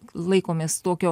laikomės tokio